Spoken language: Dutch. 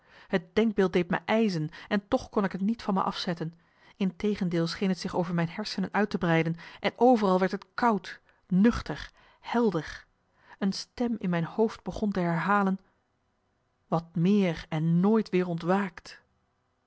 het denkbeeld deed me ijzen en toch kon ik t niet van me afzetten integendeel scheen t zich over marcellus emants een nagelaten bekentenis mijn hersenen uit te breiden en overal werd t koud nuchter helder een stem in mijn hoofd begon te herhalen wat meer en nooit weer ontwaakt